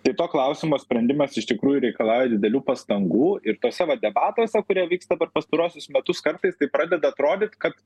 tai to klausimo sprendimas iš tikrųjų reikalauja didelių pastangų ir tuose va debatuose kurie vyksta per pastaruosius metus kartais tai pradeda atrodyt kad